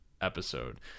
episode